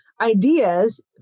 ideas